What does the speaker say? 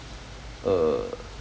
err